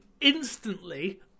instantly